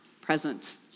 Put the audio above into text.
present